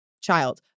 child